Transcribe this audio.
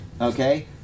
okay